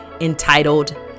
entitled